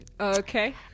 Okay